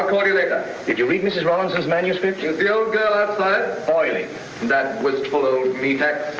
did you read mrs. robinson's menus fifteen the old girl ah but boiling that was follow me pack